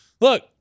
Look